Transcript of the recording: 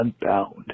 unbound